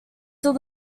still